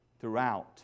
throughout